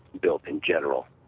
built in general.